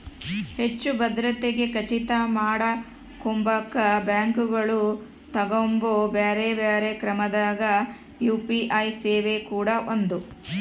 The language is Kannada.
ಹೆಚ್ಚು ಭದ್ರತೆಗೆ ಖಚಿತ ಮಾಡಕೊಂಬಕ ಬ್ಯಾಂಕುಗಳು ತಗಂಬೊ ಬ್ಯೆರೆ ಬ್ಯೆರೆ ಕ್ರಮದಾಗ ಯು.ಪಿ.ಐ ಸೇವೆ ಕೂಡ ಒಂದು